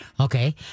Okay